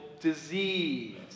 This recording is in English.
disease